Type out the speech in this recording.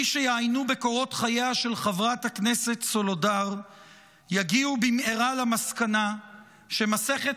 מי שיעיינו בקורות חייה של חברת הכנסת סולודר יגיעו במהרה למסקנה שמסכת